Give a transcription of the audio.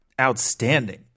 outstanding